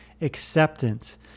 acceptance